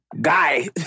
Guy